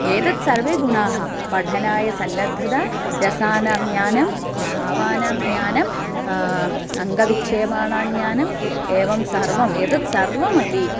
एतत् सर्वे गुणाः पठनाय सन्नद्धता रसानां ज्ञानं भावानां ज्ञानं अङ्गविक्षेपाणां ज्ञानम् एवं सर्वम् एतत् सर्वमपि